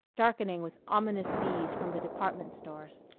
darkening with ominous bees from the department stores.